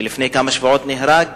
היא שלפני כמה שבועות נהרג,